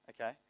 Okay